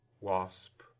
wasp